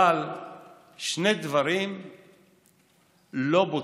אבל שני דברים לא בוצעו,